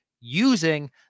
using